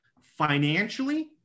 financially